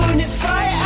Unify